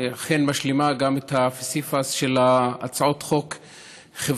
היא אכן משלימה את הפסיפס של הצעות חוק חברתיות,